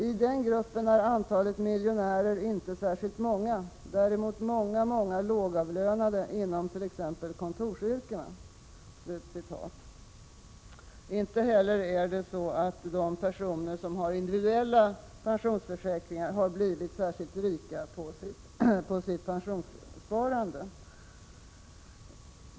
I den gruppen är antalet miljonärer inte särskilt stort, däremot många, många lågavlönade inom tex kontorsyrkena.” Inte heller har de personer som har individuella pensionsförsäkringar blivit särskilt rika på sitt pensionssparande.